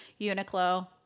Uniqlo